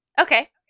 Okay